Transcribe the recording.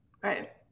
Right